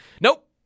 Nope